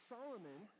Solomon